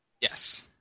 Yes